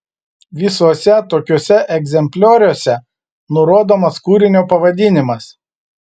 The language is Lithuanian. visuose tokiuose egzemplioriuose nurodomas kūrinio pavadinimas